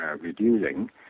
reducing